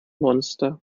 monster